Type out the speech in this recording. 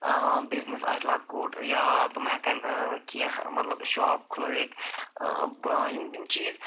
آ بزنِس آسہِ لۄکُٹ یا تِم ہٮ۪کن کیٚنٛہہ مطلب شاپ کھُلٲوِتھ آ یِم یِم چیٖز